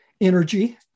energy